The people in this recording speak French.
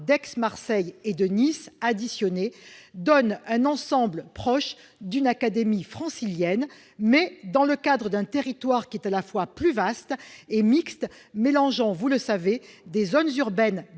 d'Aix-Marseille et de Nice additionnés donnent un ensemble proche d'une académie francilienne, mais dans le cadre d'un territoire à la fois plus vaste et mixte, mélangeant des zones urbaines